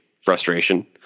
frustration